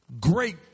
great